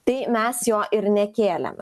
tai mes jo ir nekėlėme